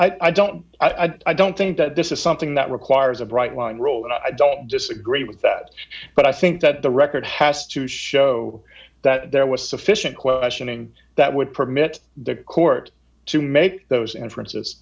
them i don't i don't think that this is something that requires a bright line rule and i don't disagree with that but i think that the record has to show that there was sufficient questioning that would permit the court to make those and franc